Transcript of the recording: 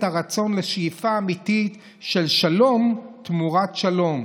הרצון לשאיפה אמיתית של שלום תמורת שלום,